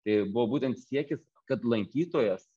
tai buvo būtent siekis kad lankytojas